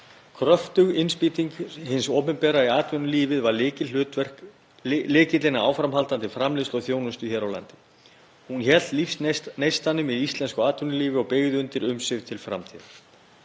Kröftug innspýting hins opinbera í atvinnulífið var lykillinn að áframhaldandi framleiðslu og þjónustu hér á landi. Hún hélt lífsneistanum í íslensku atvinnulífi og byggði undir umsvif til framtíðar.